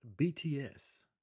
BTS